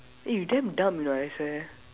eh you damn dumb you know I swear